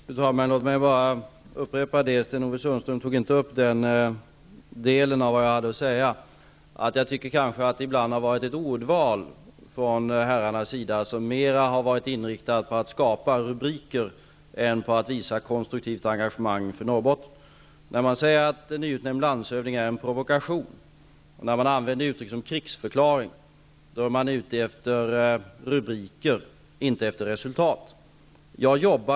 Fru talman! Låt mig bara upprepa det jag sade som Sten-Ove Sundström inte tog upp, dvs. att ordvalet från herrarna ibland har varit mera inriktat på att skapa rubriker än på att visa konstruktivt engagemang för Norrbotten. När man säger att en nyutnämnd landshövding är en provokation, och när man använder uttryck som krigsförklaring, är man ute efter rubriker, inte efter resultat.